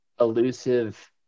elusive